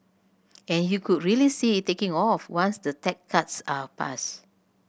and you could really see it taking off once the tax cuts are passed